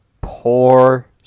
Poor